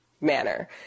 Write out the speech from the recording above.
manner